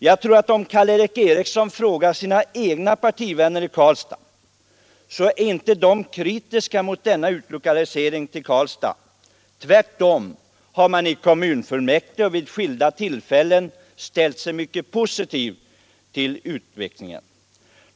Jag tror att Karl Erik Eriksson, om han frågar sina egna partivänner i Karlstad, finner att de inte är kritiska mot denna utlokalisering till Karlstad. Tvärtom har man i kommunalfullmäktige och vid skilda tillfällen ställt sig mycket positiv till utflyttningen.